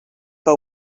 que